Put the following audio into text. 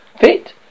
Fit